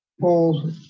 Paul